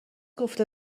گفته